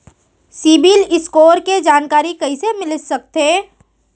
CIBIL score के जानकारी कइसे मिलिस सकथे?